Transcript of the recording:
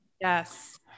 Yes